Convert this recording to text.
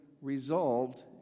resolved